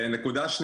דבר שני